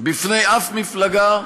בפני אף מפלגה,